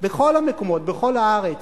בכל המקומות, בכל הארץ.